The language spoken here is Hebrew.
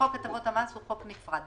חוק הטבות מס הוא חוק נפרד.